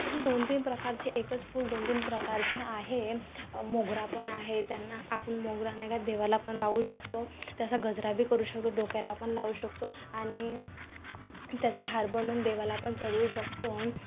असे दोन तीन प्रकारचे एकच फूल दोन तीन प्रकारचे आहे मोगरा पण आहे त्यांना आपण मोगरा नाही का देवाला पण वाहू शकतो त्याचा गजराही करू शकतो डोक्याला पण लावू शकतो आणि त्याचा हार बनवून देवाला पण चढवू शकतो